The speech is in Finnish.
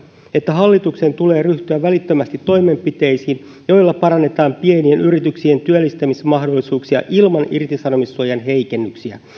että hallituksen tulee ryhtyä välittömästi toimenpiteisiin joilla parannetaan pienien yrityksien työllistämismahdollisuuksia ilman irtisanomissuojan heikennyksiä